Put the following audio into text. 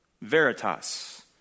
veritas